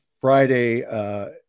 Friday